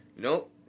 Nope